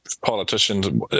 politicians